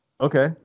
Okay